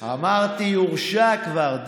אמרתי: יורשע כבר.